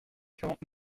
quarante